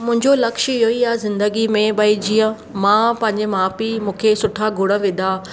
मुंहिंजो लक्ष्य इहो ई आहे ज़िंदगी में भई जीअं मां पंहिंजे माउ पीउ मूंखे सुठा गुण विधा